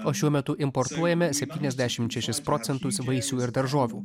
o šiuo metu importuojame septyniasdešimt šešis procentus vaisių ir daržovių